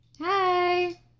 Hi